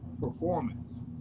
performance